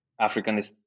Africanist